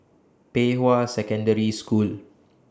Pei Hwa Secondary School